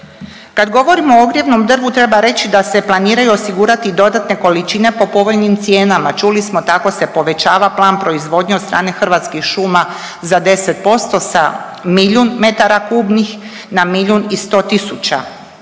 Kad govorimo o ogrjevnom drvu, treba reći da se planiraju osigurati i dodatne količine po povoljnim cijenama, čuli smo, tako se povećava plan proizvodnje od strane Hrvatskih šuma za 10% sa milijun metara kubnih na milijun i 100 tisuća